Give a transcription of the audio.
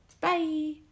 Bye